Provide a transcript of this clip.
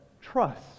trust